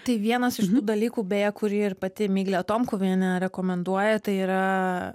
tai vienas iš tų dalykų beje kurį ir pati miglė tomkuvienė rekomenduoja tai yra